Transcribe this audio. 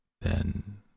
Then